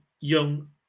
young